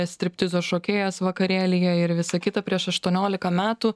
striptizo šokėjas vakarėlyje ir visa kita prieš aštuoniolika metų